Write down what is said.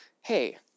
hey